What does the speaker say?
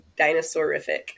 dinosaurific